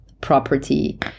property